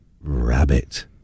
Rabbit